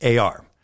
AR